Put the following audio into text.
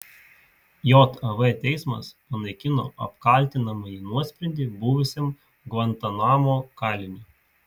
jav teismas panaikino apkaltinamąjį nuosprendį buvusiam gvantanamo kaliniui